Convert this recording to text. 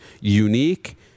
unique